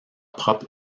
propre